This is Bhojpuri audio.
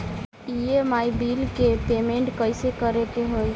ई.एम.आई बिल के पेमेंट कइसे करे के होई?